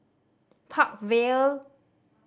Park Vale